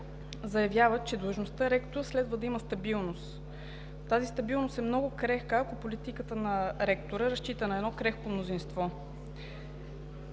заявява, че длъжността „ректор“ следва да има стабилност. Тази стабилност е много крехка, ако политиката на ректора разчита на едно крехко мнозинство.